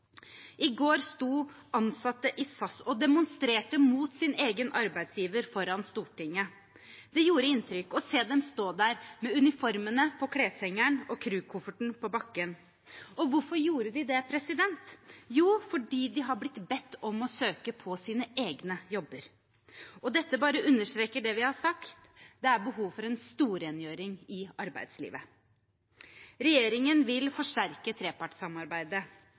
I går sto ansatte i SAS og demonstrerte mot sin egen arbeidsgiver foran Stortinget. Det gjorde inntrykk å se dem stå der med uniformen på kleshengeren og crew-kofferten på bakken. Hvorfor gjorde de det? Jo, fordi de har blitt bedt om å søke på sine egne jobber. Dette bare understreker det vi har sagt: Det er behov for en storrengjøring i arbeidslivet. Regjeringen vil forsterke trepartssamarbeidet.